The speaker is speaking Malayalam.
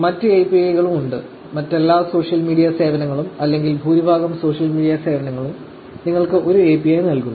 മറ്റ് API കളും ഉണ്ട് മറ്റെല്ലാ സോഷ്യൽ മീഡിയ സേവനങ്ങളും അല്ലെങ്കിൽ ഭൂരിഭാഗം സോഷ്യൽ മീഡിയ സേവനങ്ങളും നിങ്ങൾക്ക് ഒരു API നൽകുന്നു